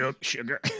sugar